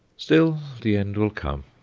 still, the end will come.